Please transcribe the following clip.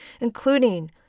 including